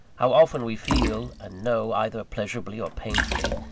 how often we feel and know, either pleasurably or painfully,